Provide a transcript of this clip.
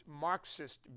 Marxist